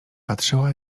patrzyła